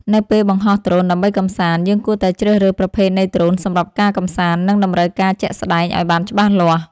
នៅពេលបង្ហោះដ្រូនដើម្បីកម្សាន្ត យើងគួរតែជ្រើសរើសប្រភេទនៃដ្រូនសម្រាប់ការកម្សាន្ត និងតម្រូវការជាក់ស្ដែងឲ្យបានច្បាស់លាស់។